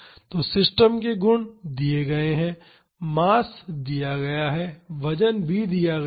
तो सिस्टम के गुण दिए गए हैं मास दिया गया है वजन भी दिया गया है